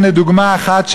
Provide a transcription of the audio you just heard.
הנה דוגמה אחת,